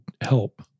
help